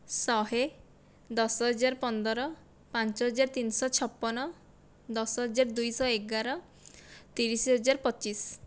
ଶହେ ଦଶହଜାର ପନ୍ଦର ପାଞ୍ଚହଜାର ତିନିଶହ ଛପନ ଦଶହଜାର ଦୁଇଶହ ଏଗାର ତିରିଶ ହଜାର ପଚିଶ